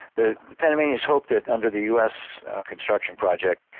the panamanians hoped that under the us construction project,